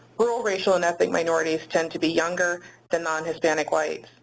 rural racial and ethnic minorities tend to be younger than non-hispanic whites.